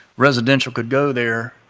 residential could go there,